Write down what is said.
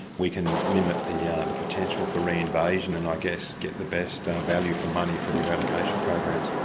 we can limit the yeah the potential for re-invasion and i guess get the best value for money for the eradication programs.